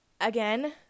Again